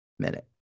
minute